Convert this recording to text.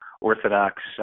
Orthodox